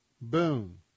boom